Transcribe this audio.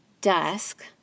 dusk